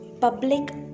Public